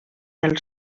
del